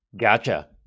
Gotcha